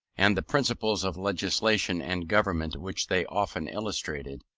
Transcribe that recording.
and the principles of legislation and government which they often illustrated,